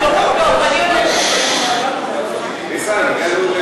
אומר, ניסן, הגענו,